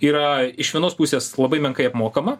yra iš vienos pusės labai menkai apmokama